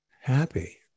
happy